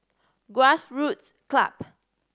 Grassroots Club